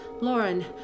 Lauren